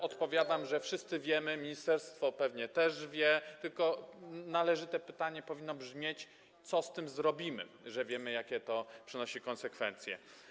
Odpowiadam, że wszyscy wiemy, ministerstwo pewnie też wie, tylko to pytanie powinno brzmieć: Co z tym zrobimy, że wiemy, jakie to przynosi konsekwencje?